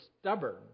stubborn